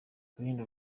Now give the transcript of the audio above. twirinde